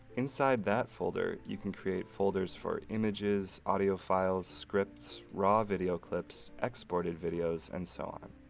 inside that folder, you can create folders for images, audio files, scripts, raw video clips, exported videos, and so on.